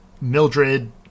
Mildred